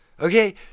Okay